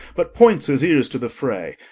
but points his ears to the fray,